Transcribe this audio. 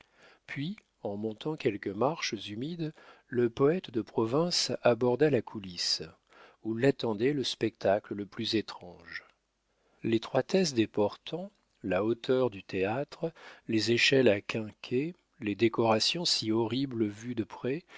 puis en montant quelques marches humides le poète de province aborda la coulisse où l'attendait le spectacle le plus étrange l'étroitesse des portants la hauteur du théâtre les échelles à quinquets les décorations si horribles vues de près